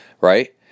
right